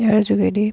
ইয়াৰ যোগেদি